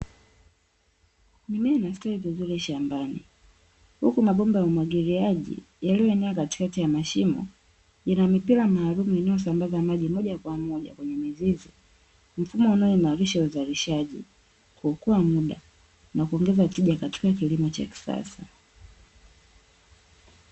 Mimea inastawi vizuri shambani, huku mabomba ya umwagiliaji yaliyoenea katikati mashimo yana mipira maalumu inayosambaza maji moja kwa moja kwenye mizizi, mfumo unaoimarisha uzalishaji, kuokoa muda na kuongeza tija katika kilimo cha kisasa.